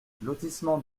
lotissement